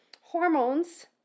hormones